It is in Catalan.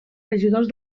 regidors